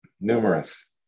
numerous